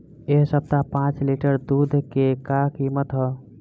एह सप्ताह पाँच लीटर दुध के का किमत ह?